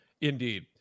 Indeed